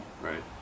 right